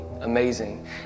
amazing